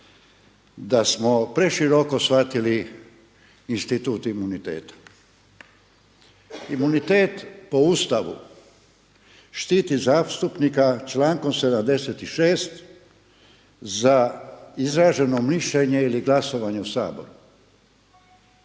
da smo preširoko shvatili institut imuniteta. Imunitet po Ustavu štiti zastupnika člankom 76. za izraženo mišljenje ili glasovanje u Saboru.